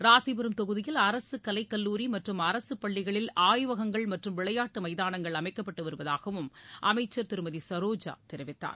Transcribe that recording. ராசிபுரம் தொகுதியில் அரசு கலைக்கல்லூரி மற்றும் அரசு பள்ளிகளில் ஆய்வகங்கள் மற்றும் விளையாட்டு மைதானங்கள் அமைக்கப்பட்டு வருவதாகவும் அமைக்சர் திருமதி சரோஜா தெரிவித்தார்